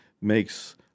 makes